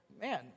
man